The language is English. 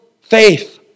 faith